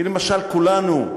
כי, למשל, כולנו,